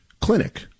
Clinic